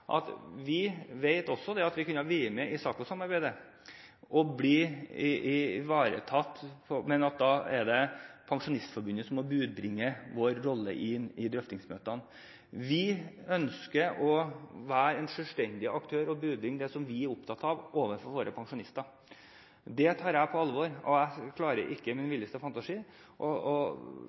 at de vet også at de kan bli med i SAKO-samarbeidet og bli ivaretatt, men at det da er Pensjonistforbundet som må være budbringer i deres rolle i drøftingsmøtene. De ønsker å være en selvstendig aktør og være budbringer for det som de er opptatt av, overfor sine pensjonister. Det tar jeg på alvor, og jeg klarer ikke i min villeste fantasi